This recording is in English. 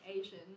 Asian